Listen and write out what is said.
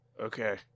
Okay